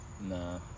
Nah